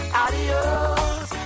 adios